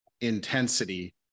intensity